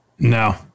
No